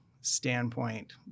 standpoint